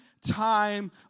time